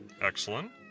Excellent